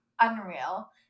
unreal